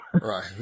right